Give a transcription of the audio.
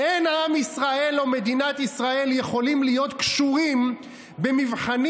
"אין עם ישראל או מדינת ישראל יכולים להיות קשורים במבחנים